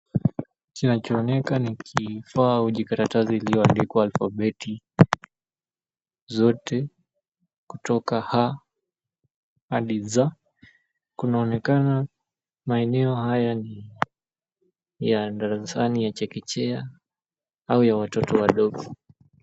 Kinachooneka ni kifaa kijikaratasi iliyoandikwa alphabeti zote kutoka A hadi Z. Kunaonekana maeneo haya ni ya darasani ya chekechea au ya watoto wadogo.